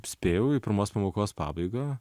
spėjau į pirmos pamokos pabaigą